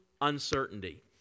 uncertainty